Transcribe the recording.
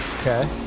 Okay